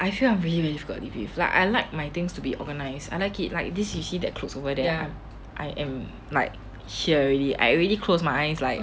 I feel I'm really difficult to live with like I like my things to be organized and I like it like this is it you put over there I am like here already I already close my eyes like